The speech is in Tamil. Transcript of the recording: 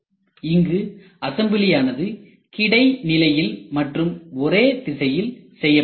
இங்கு அசம்பிளி ஆனது கிடை நிலையில் மற்றும் ஒரே திசையில் செய்யப்படுகிறது